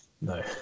No